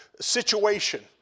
situation